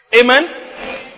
Amen